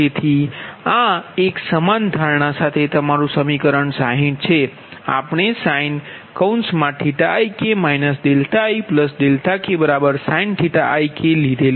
તેથી આ એક સમાન ધારણા સાથે તમારું સમીકરણ 60 છે આપણે sin ik ik ≈sin⁡ તરીકે લઈશું